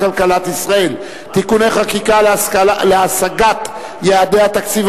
כלכלת ישראל (תיקוני חקיקה להשגת יעדי התקציב